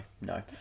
no